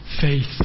faith